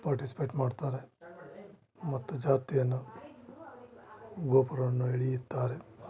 participate ಮಾಡ್ತಾರೆ ಮತ್ತು ಜಾತ್ರೆಯನ್ನ ಗೊಪುರವನ್ನು ಎಳೆಯುತ್ತಾರೆ